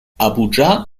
abuja